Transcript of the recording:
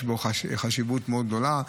יש בו חשיבות גדולה מאוד,